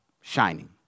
shining